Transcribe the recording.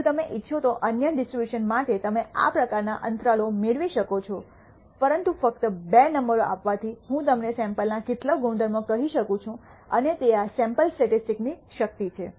જો તમે ઇચ્છો તો અન્ય ડિસ્ટ્રીબ્યુશન માટે તમે આ પ્રકારના અંતરાલો મેળવી શકો છો પરંતુ ફક્ત બે નંબરો આપવાથી હું તમને સૈમ્પલના કેટલીક ગુણધર્મો કહી શકું છું અને તે આ સૈમ્પલ સ્ટેટિસ્ટિક્સ ની શક્તિ છે